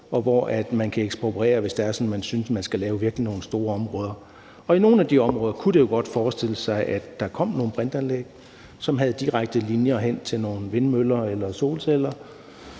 og hvor man kan ekspropriere, hvis det er sådan, at man synes, man virkelig skal lave nogle store områder. Og i nogle af de områder kunne man jo godt forestille sig, at der kom nogle brintanlæg, som havde direkte linjer hen til nogle vindmøller eller solceller.